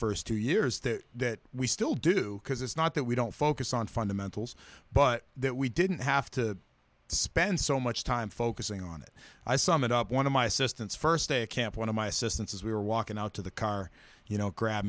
first two years that we still do because it's not that we don't focus on fundamentals but that we didn't have to spend so much time focusing on it i summoned up one of my assistants first to camp one of my assistants as we were walking out to the car you know grab